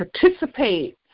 participate